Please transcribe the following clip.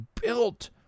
built